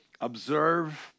observe